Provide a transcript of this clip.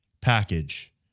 package